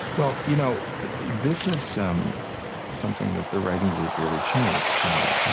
well, you know this is um something that the writing group really changed for me.